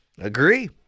Agree